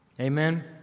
amen